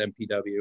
MPW